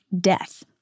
death